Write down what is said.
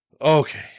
Okay